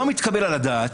לא מתקבל על הדעת,